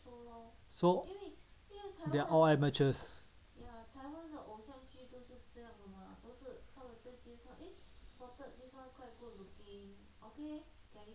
so they're all amateurs